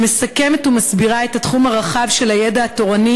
שמסכמת ומסבירה את התחום הרחב של הידע התורני